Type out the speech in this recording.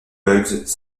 bugs